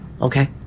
okay